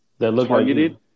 targeted